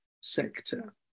sector